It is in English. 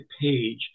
page